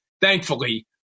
thankfully